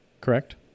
correct